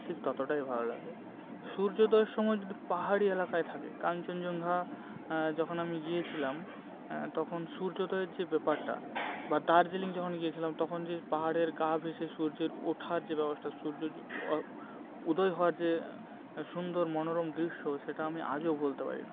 ঠিক ততটাই ভালো লাগে সূর্যোদয়ের সময় যদি পাহাড়ি এলাকায় থাকে কাঞ্চনজঙ্ঘা যখন আমি গিয়েছিলাম তখন সূর্যোদয়ের যে ব্যাপারটা বা দার্জিলিং যখন গিয়েছিলাম তখন যে পাহাড়ের গা ভেসে সূর্যের ওঠার যে ব্যবস্থা সূর্য উদয় হওয়ার যে সুন্দর মনোরম দৃশ্য সেটা আমি আজও ভুলতে পারি না